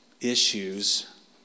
issues